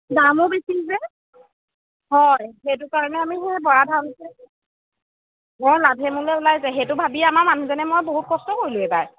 দামো বেছি যে হয় সেইটো কাৰণে আমি সেই বৰাধানটোৱে নহয় লাভে মূলে ওলাই যায় সেইটো ভাবিয়ে আমাৰ মানুহজনে মই বহুত কষ্ট কৰিলোঁ এইবাৰ